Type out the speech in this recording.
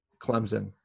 Clemson